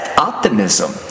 optimism